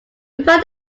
replied